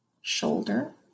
shoulder